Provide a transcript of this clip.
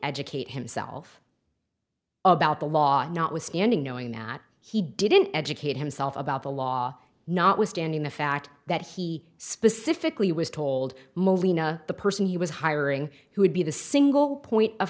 educate himself about the law notwithstanding knowing that he didn't educate himself about the law notwithstanding the fact that he specifically was told the person he was hiring who would be the single point of